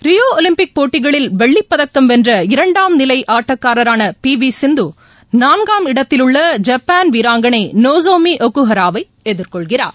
Rio Olympic போட்டிகளில் வெள்ளிப்பதக்கம் வென்ற இரண்டாம் நிலைஆட்டக்காரரானபி விசிந்துநான்காம் இடத்திலுள்ள ஜப்பான் வீராங்கனை நோசோமிஒக்குஹராவைஎதிர்கொள்கிறார்